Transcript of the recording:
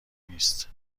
نیست